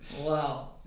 Wow